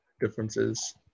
differences